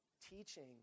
teaching